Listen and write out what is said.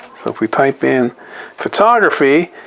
so if we type in photography,